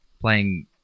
playing